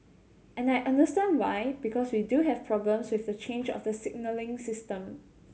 and I understand why because we do have problems with the change of the signalling system